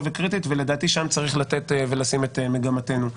וקריטית ולדעתי שם צריך לתת ולשים את מגמתנו.